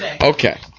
Okay